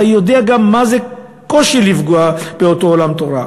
אתה יודע גם מה הקושי כשפוגעים באותו עולם תורה.